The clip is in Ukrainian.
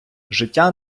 життя